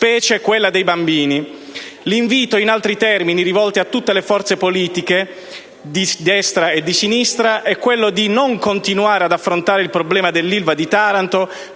L'invito, in altri termini, rivolto a tutte le forze politiche, di destra e di sinistra, è di non continuare ad affrontare il problema dell'Ilva di Taranto